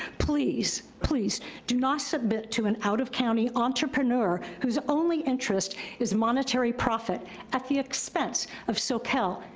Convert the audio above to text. please, please do not submit to an out of county entrepreneur whose only interest is monetary profit at the expense of soquel,